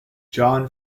john